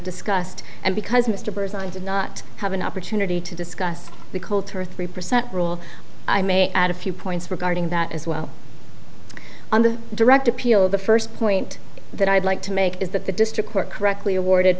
discussed and because mr burns i did not have an opportunity to discuss the coulter three percent rule i may add a few points regarding that as well on the direct appeal of the first point that i'd like to make is that the district court correctly awarded